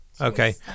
Okay